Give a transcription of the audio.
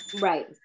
right